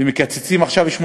ומקצצים עכשיו 18?